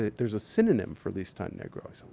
there's a synonym for listan negro. i so